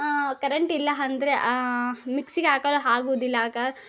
current ಇಲ್ಲ ಅಂದ್ರೆ ಮಿಕ್ಸಿಗೆ ಹಾಕಲು ಆಗೂದಿಲ್ಲ ಆಗ